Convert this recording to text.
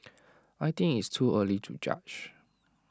I think it's too early to judge